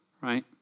Right